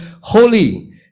holy